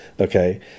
okay